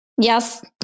Yes